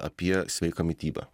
apie sveiką mitybą